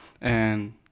and-